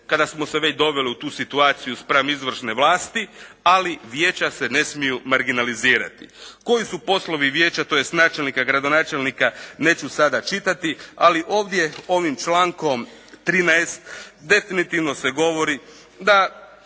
kada smo se već doveli u tu situaciju spram izvršne vlasti, ali vijeća se ne mogu marginalizirati. Koji su poslovi vijeća tj. načelnika, gradonačelnika, neću sada čitati ali ovdje ovim člankom 13. definitivno se govori da